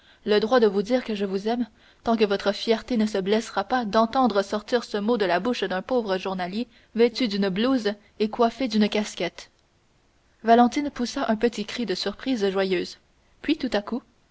le droit de vous dire que je vous aime tant que votre fierté ne se blessera pas d'entendre sortir ce mot de la bouche d'un pauvre journalier vêtu d'une blouse et coiffé d'une casquette valentine poussa un petit cri de surprise joyeuse puis tout à coup